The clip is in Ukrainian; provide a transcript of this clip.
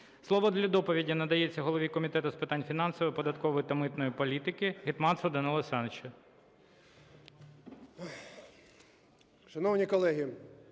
Слово для доповіді надається голові Комітету з питань фінансової, податкової та митної політики Гетманцеву Данилу